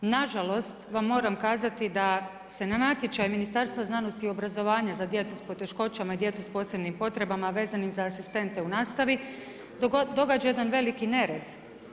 Nažalost, vam moram kazati da se na natječaj Ministarstva znanosti i obrazovanja za djecu s poteškoćama i djecu s posebnim potrebama, vezanim za asistente u nastavi događa jedan veliki nered.